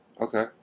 Okay